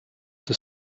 the